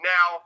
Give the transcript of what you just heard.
Now